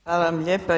Hvala vam lijepa.